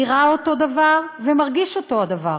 נראה אותו דבר ומרגיש אותו דבר.